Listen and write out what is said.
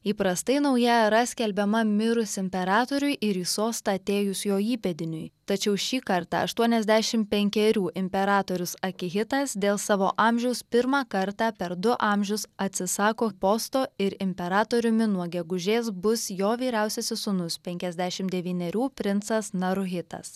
įprastai nauja era skelbiama mirus imperatoriui ir į sostą atėjus jo įpėdiniui tačiau šį kartą aštuoniasdešim penkerių imperatorius akihitas dėl savo amžiaus pirmą kartą per du amžius atsisako posto ir imperatoriumi nuo gegužės bus jo vyriausiasis sūnus penkiasdešim devynerių princas naruhitas